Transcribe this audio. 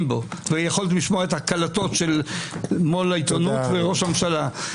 בו?" יכולתם לשמוע את הקלטות של מו"ל העיתונות וראש הממשלה -- תודה.